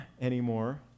anymore